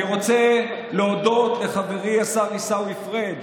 אני רוצה להודות לחברי השר עיסאווי פריג',